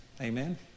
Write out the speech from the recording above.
Amen